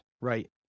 Right